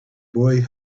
boy